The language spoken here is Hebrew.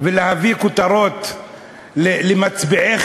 ולהביא כותרות למצביעיכם?